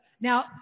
Now